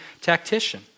tactician